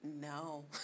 no